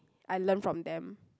I learn from them